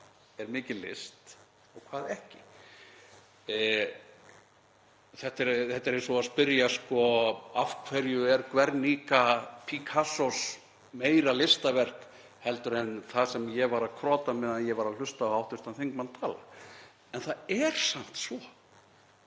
er mikil list og hvað ekki. Þetta er eins og að spyrja: Af hverju er Guernica Picassos meira listaverk heldur en það sem ég var að krota á meðan ég var að hlusta á hv. þingmann tala? En það er samt svo